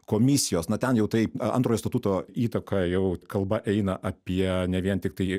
komisijos na ten jau tai antrojo statuto įtaka jau kalba eina apie ne vien tiktai